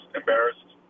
embarrassed